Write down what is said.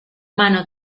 mano